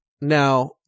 now